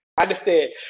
understand